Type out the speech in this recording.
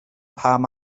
pam